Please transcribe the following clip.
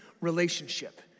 relationship